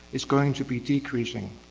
is going to be decreasing.